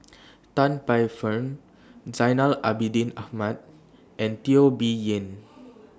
Tan Paey Fern Zainal Abidin Ahmad and Teo Bee Yen